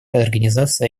организация